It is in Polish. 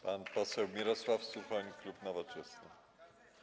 Pan poseł Mirosław Suchoń, klub Nowoczesna.